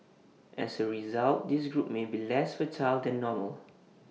as A result this group may be less fertile than normal